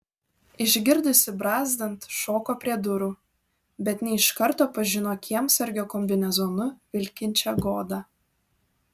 išgirdusi brazdant šoko prie durų bet ne iš karto pažino kiemsargio kombinezonu vilkinčią godą